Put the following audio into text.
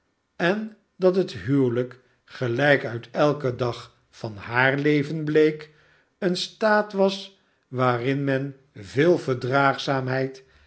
en dat het huwelijk gelijk uit elken dag van haar leven bleek een staat was waarin men veel verdraagzaamheid